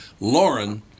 Lauren